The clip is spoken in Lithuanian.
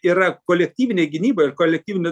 yra kolektyvinė gynyba ir kolektyvinių